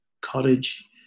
cottage